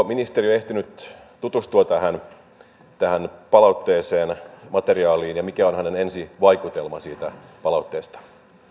ministeri ehtinyt tutustua tähän tähän palautteeseen materiaaliin ja mikä on hänen ensivaikutelmansa siitä palautteesta